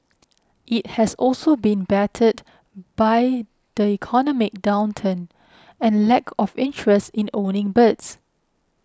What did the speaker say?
it has also been battered by the economic downturn and lack of interest in owning birds